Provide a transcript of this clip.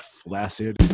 flaccid